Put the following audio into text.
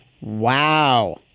Wow